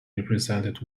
represented